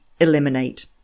eliminate